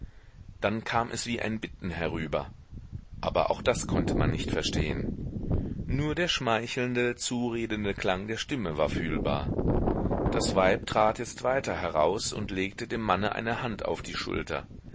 dann kam es wie ein bitten herüber aber auch das konnte man nicht verstehen nur der schmeichelnde zuredende klang der stimme war fühlbar das weib trat jetzt weiter heraus und legte dem manne eine hand auf die schulter